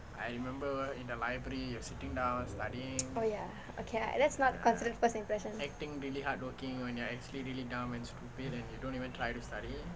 oh ya okay let's not consider first impression